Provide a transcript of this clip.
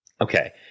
okay